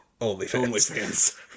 OnlyFans